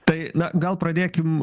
tai na gal pradėkim